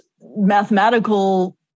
mathematical